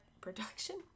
production